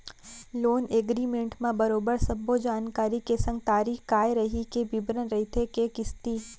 loan agreement म बरोबर सब्बो जानकारी के संग तारीख काय रइही के बिबरन रहिथे के किस्ती